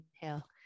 inhale